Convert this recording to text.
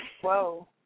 Whoa